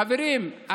חברים,